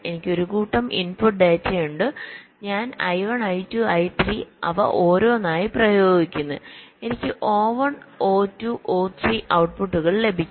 എനിക്ക് ഒരു കൂട്ടം ഇൻപുട്ട് ഡാറ്റയുണ്ട് ഞാൻ I1I2I3 അവ ഓരോന്നായി പ്രയോഗിക്കുന്നു എനിക്ക് O1O2 O3 ഔട്ട്പുട്ടുകൾ ലഭിക്കും